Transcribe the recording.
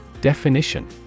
Definition